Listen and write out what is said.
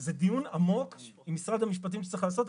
זה דיון עמוק עם משרד המשפטים שצריך לעשות,